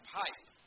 pipe